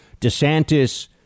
DeSantis